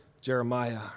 jeremiah